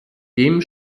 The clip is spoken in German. dem